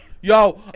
Yo